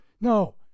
no